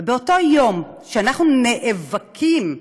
ובאותו יום, כשאנחנו נאבקים לפעמים,